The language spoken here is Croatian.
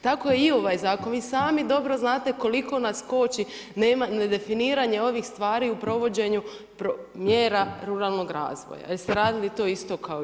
Tako je i ovaj zakon, vi sami dobro znate koliko nas koči nedefiniranje ovih stvari u provođenju mjera ruralnog razvoja jer ste radili to isto kao ja.